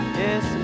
yes